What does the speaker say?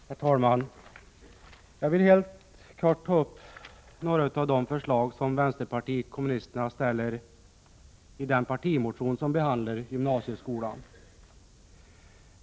Herr talman! Jag vill helt kort ta upp några av de förslag som vänsterpartiet kommunisterna framställt i den partimotion som behandlar gymnasieskolan.